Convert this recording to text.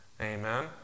Amen